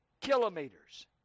kilometers